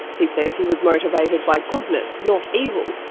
he says he was motivated by goodness, not evil,